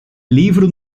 livro